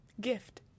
Gift